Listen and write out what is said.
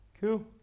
Cool